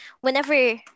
whenever